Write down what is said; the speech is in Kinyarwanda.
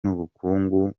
n’ubukungu